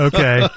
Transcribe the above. Okay